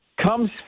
comes